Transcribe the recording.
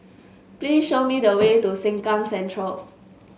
please show me the way to Sengkang Central